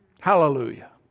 Hallelujah